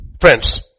friends